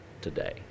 today